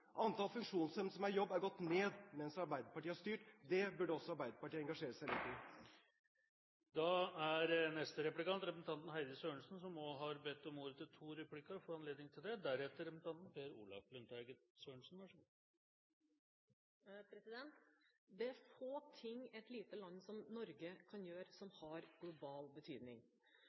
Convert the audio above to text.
funksjonshemmede som er i jobb, er gått ned mens Arbeiderpartiet har styrt. Det burde også Arbeiderpartiet engasjere seg i. Det er få ting et lite land som Norge kan gjøre som har global betydning,